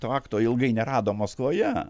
to akto ilgai nerado maskvoje